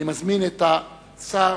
אני מזמין את השר,